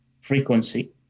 frequency